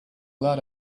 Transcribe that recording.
lot